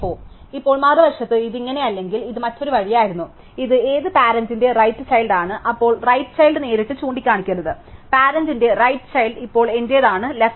ഇപ്പോൾ മറുവശത്ത് ഇത് ഇങ്ങനെയല്ലെങ്കിൽ ഇത് മറ്റൊരു വഴിയായിരുന്നു അതിനാൽ ഇത് ഏത് പാരന്റിന്റെ റൈറ് ചൈൽഡ് ആണ് അപ്പോൾ റൈറ് ചൈൽഡ് നേരിട്ട് ചൂണ്ടിക്കാണിക്കരുത് പാരന്റിന്റെ റൈറ് ചൈൽഡ് ഇപ്പോൾ എന്റേതാണ് ലെഫ്റ് ചൈൽഡ്